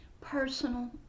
personal